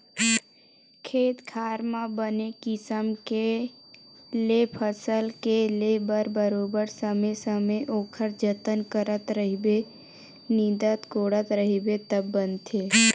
खेत खार म बने किसम ले फसल के ले बर बरोबर समे के समे ओखर जतन करत रहिबे निंदत कोड़त रहिबे तब बनथे